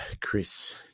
Chris